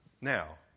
Now